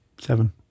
Seven